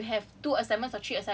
like err